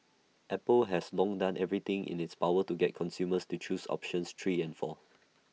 Apple has long done everything in its power to get consumers to choose options three and four